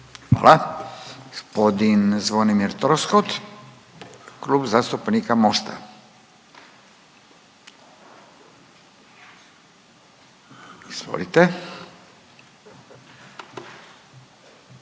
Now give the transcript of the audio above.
Hvala. G. Zvonimir Troskot, Klub zastupnika Mosta. Izvolite.